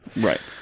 Right